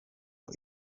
uko